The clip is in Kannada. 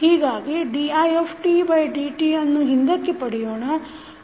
ಹೀಗಾಗಿ ditdtಅನ್ನು ಹಿಂದಕ್ಕೆ ಪಡೆಯೋಣ